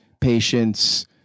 patience